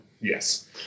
Yes